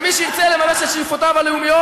ומי שירצה לממש את שאיפותיו הלאומיות,